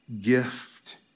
gift